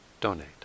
donate